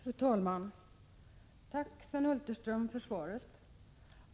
Fru talman! Tack, Sven Hulterström, för svaret.